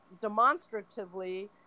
demonstratively